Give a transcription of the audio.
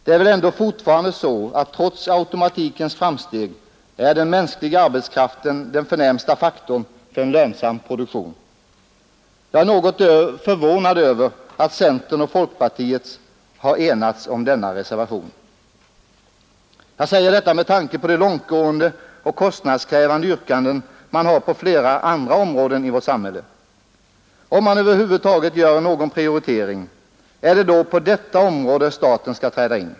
Det är väl ändå fortfarande så att den mänskliga arbetskraften trots automatikens framsteg är den förnämsta faktorn i en lönsam produktion. Jag är något förvånad över att centerpartiet och folkpartiet har enats om denna reservation. Jag säger detta med tanke på de långtgående och kostnadskrävande yrkanden man har på flera andra områden i vårt samhälle. Om man över huvud taget gör någon prioritering, är det då på detta område staten skall träda in?